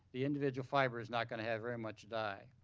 the individual fiber is not gonna have very much dye.